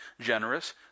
generous